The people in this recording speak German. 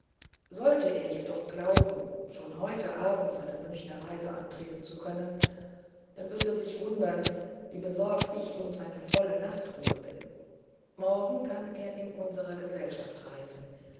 sollte er jedoch glauben schon heute abend seine münchener reise antreten zu können dann wird er sich wundern wie besorgt ich um seine volle nachtruhe bin morgen kann er in unserer gesellschaft reisen